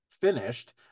finished